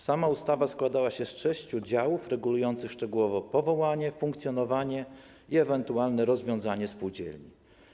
Sama ustawa składała się z sześciu działów regulujących szczegółowo powołanie, funkcjonowanie i ewentualne rozwiązanie spółdzielni.